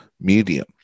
medium